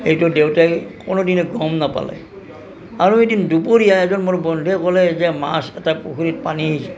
এইটো দেউতাই কোনো দিনে গম নাপালে আৰু এদিন দুপৰীয়া এজন মোৰ বন্ধুৱে ক'লে যে মাছ এটা পুখুৰীৰ পানীত